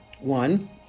one